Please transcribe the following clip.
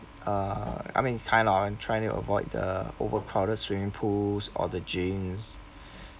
uh I mean kind of and trying to avoid the over crowded swimming pools or the gyms